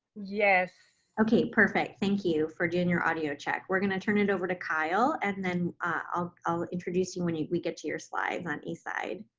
yes. okay, perfect, thank you for doin' your audio check. we're going to turn it over to kyle, and then i'll i'll introduce you when we get to your slides on eastside.